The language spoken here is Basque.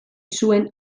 zuen